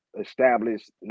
established